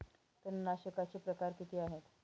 तणनाशकाचे प्रकार किती आहेत?